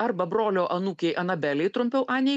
arba brolio anūkei anabelei trumpiau anei